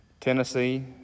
Tennessee